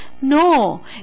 No